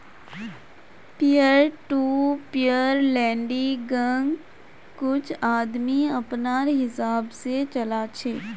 peer to peer लेंडिंग्क कुछ आदमी अपनार हिसाब से चला छे